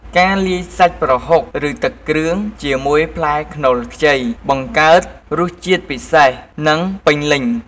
ការលាយសាច់ប្រហុក ឬទឹកគ្រឿងជាមួយផ្លែខ្នុរខ្ចី បង្កើតរសជាតិពិសេស និងពេញលេញ។